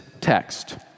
text